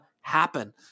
happen